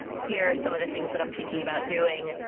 here are some of the things that i'm thinking about doing.